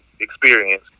experience